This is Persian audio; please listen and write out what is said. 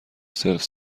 سلف